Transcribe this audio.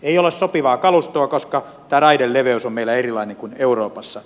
ei ole sopivaa kalustoa koska tämä raideleveys on meillä erilainen kuin euroopassa